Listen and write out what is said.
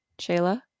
Shayla